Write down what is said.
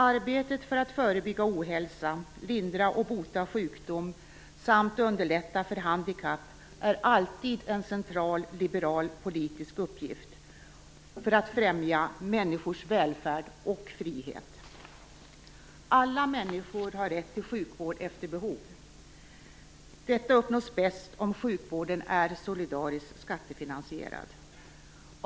Arbetet för att förebygga ohälsa, lindra och bota sjukdom, samt underlätta för handikapp är alltid en central liberal politisk uppgift för att främja människors välfärd och frihet. Alla människor har rätt till sjukvård efter behov. Detta uppnås bäst om sjukvården är solidariskt skattefinansierad.